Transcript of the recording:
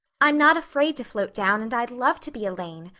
i'm not afraid to float down and i'd love to be elaine.